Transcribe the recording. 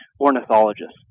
ornithologists